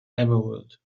emerald